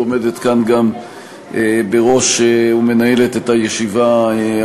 עומדת גם כאן בראש ומנהלת את הישיבה הזאת.